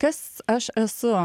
kas aš esu